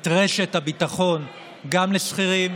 את רשת הביטחון גם לשכירים,